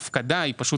בהפקדה של כסף